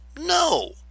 No